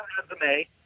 resume